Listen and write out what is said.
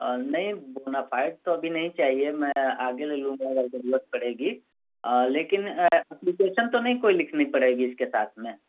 نہیں بونافائیڈ تو ابھی نہیں چاہیے میں آگے لے لوں گا اگر ضرورت پڑے گی لیکن اپلیکیشن تو نہیں کوئی لکھنی پڑے گی اس کے ساتھ میں